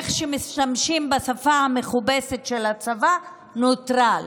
איך שמשתמשים בשפה המכובסת של הצבא נוטרל.